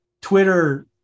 Twitter